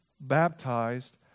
baptized